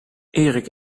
erik